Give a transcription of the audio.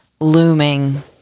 looming